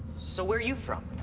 so where are you from?